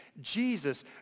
Jesus